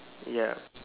ya